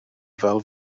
fel